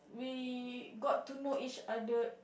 we got to know each other